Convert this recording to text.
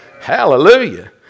Hallelujah